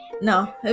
No